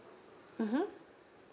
mmhmm